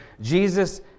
Jesus